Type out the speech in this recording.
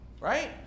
Right